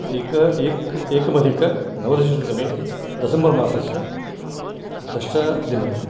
एक एक एकमधिकनवदशशततमे दिसम्बर्मासस्य दशदिनम्